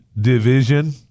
division